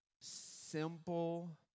simple